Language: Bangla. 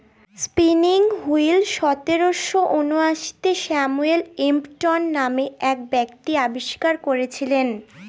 স্পিনিং হুইল সতেরোশো ঊনআশিতে স্যামুয়েল ক্রম্পটন নামে এক ব্যক্তি আবিষ্কার করেছিলেন